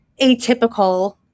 atypical